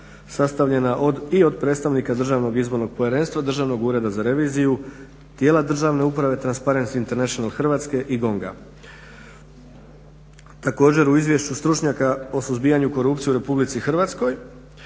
sastavljena i od predstavnika Državnog izbornog povjerenstva, Državnog ureda za reviziju, tijela državne uprave, Transparency International Hrvatske i GONG-a. Također, u izvješću stručnjaka o suzbijanju korupcije u RH od dakle